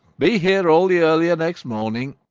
be here all the earlier next morning.